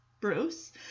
Bruce